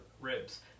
ribs